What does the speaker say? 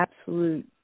Absolute